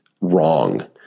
wrong